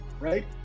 right